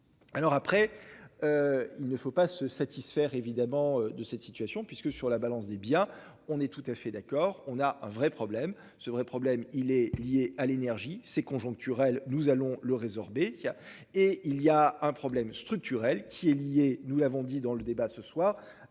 Alors après. Il ne faut pas se satisfaire évidemment de cette situation puisque sur la balance des biens. On est tout à fait d'accord, on a un vrai problème, c'est vrai problème il est lié à l'énergie c'est conjoncturel, nous allons le résorber. Il a et il y a un problème structurel qui est lié, nous l'avons dit dans le débat ce soir, à la fois